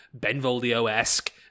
Benvolio-esque